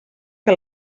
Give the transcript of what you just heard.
que